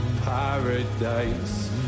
paradise